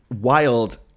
wild